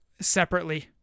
Separately